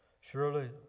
Surely